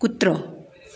कुत्रो